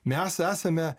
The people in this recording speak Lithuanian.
mes esame